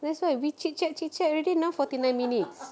that's why we chit chat chit chat already now forty nine minutes